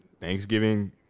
Thanksgiving